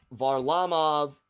Varlamov